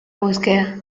búsqueda